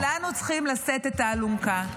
כולנו צריכים לשאת את האלונקה.